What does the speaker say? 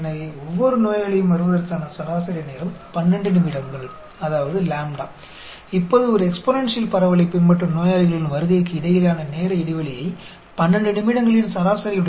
अब हम 12 मिनट के माध्यम के साथ मरीजों की उपस्थिति के बीच के अंतराल को एक एक्सपोनेंशियल डिस्ट्रीब्यूशन के बाद देखना चाहते हैं